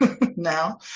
now